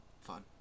fun